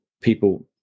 people